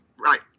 Right